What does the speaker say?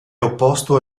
opposto